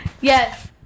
Yes